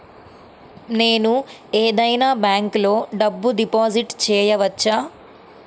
నేను ఏదైనా బ్యాంక్లో డబ్బు డిపాజిట్ చేయవచ్చా?